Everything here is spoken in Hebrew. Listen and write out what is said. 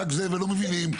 והם לא מבינים,